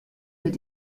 mit